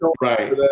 Right